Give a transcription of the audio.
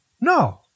No